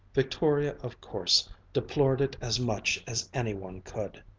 victoria of course deplored it as much as any one could.